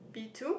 B two